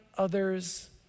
others